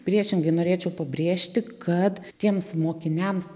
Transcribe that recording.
priešingai norėčiau pabrėžti kad tiems mokiniams